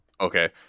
Okay